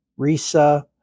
Risa